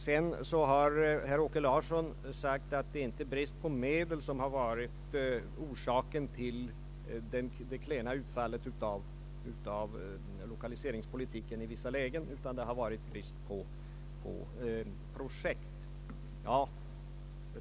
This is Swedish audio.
Sedan har herr Åke Larsson sagt att det inte är brist på medel som varit orsaken till det klena utfallet av lokaliseringspolitiken i vissa lägen, utan det har varit brist på projekt.